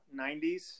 90s